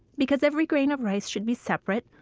because every grain of rice should be separate,